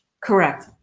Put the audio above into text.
correct